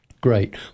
Great